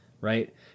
Right